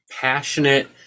passionate